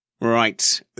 Right